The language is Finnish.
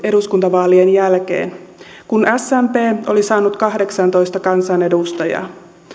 eduskuntavaalien jälkeen kun smp oli saanut kahdeksantoista kansanedustajaa